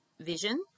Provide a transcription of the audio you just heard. vision